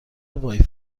وای